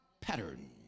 pattern